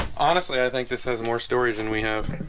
honestly, i think this has more storage than we have